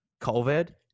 COVID